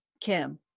Kim